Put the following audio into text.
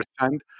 understand